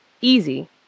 Easy